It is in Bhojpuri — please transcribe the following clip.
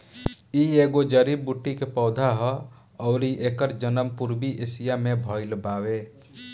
इ एगो जड़ी बूटी के पौधा हा अउरी एकर जनम पूर्वी एशिया में भयल बावे